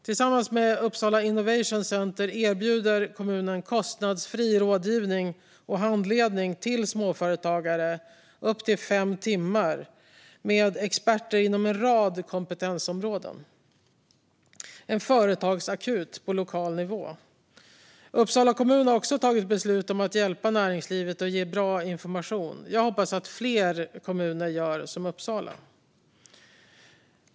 Tillsammans med Uppsala Innovation Center erbjuder kommunen kostnadsfri rådgivning och handledning till småföretagare i upp till fem timmar med experter inom en rad kompetensområden. Det är en företagsakut på lokal nivå. Uppsala kommun har också tagit beslut om att hjälpa näringslivet och ger bra information. Jag hoppas att fler kommuner gör som Uppsala.